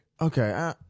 Okay